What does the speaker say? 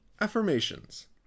Affirmations